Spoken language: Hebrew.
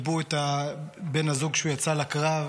הן גיבו את בן הזוג כשיצא לקרב,